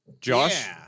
Josh